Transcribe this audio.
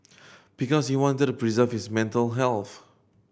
because he wanted to preserve his mental health